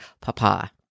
Papa